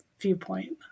viewpoint